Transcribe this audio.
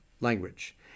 language